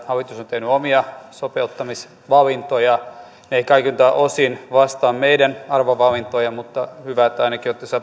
tehnyt omia sopeuttamisvalintoja ne eivät kaikilta osin vastaa meidän arvovalintojamme mutta hyvä että ainakin olette saaneet